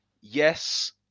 yes